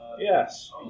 Yes